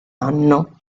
anno